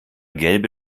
gelbe